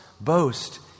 boast